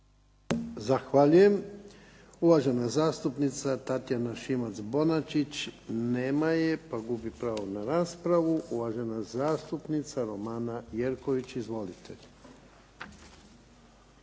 Zahvaljujem. Uvažena zastupnica Tatjana Šimac Bonačić. Nema je, pa gubi pravo na raspravu. Uvažena zastupnica Romana Jerković. Izvolite.